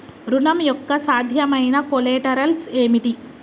ఋణం యొక్క సాధ్యమైన కొలేటరల్స్ ఏమిటి?